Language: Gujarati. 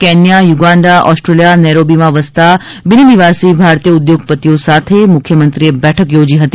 કેન્યા યુગાન્ડા ઓસ્ટેલિયા નૈરોબીમાં વસતા બિનનિવાસી ભારતીય ઉદ્યોગપતિઓ સાથે મુખ્યમંત્રીએ બેઠક યોજી હતી